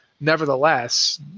Nevertheless